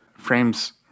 Frames